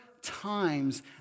times